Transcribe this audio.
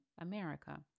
America